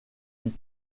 fit